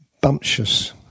bumptious